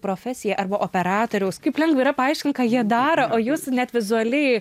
profesija arba operatoriaus kaip lengva yra paaiškint ką jie daro o jūs net vizualiai